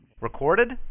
Recorded